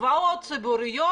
מקוואות ציבוריות